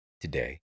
today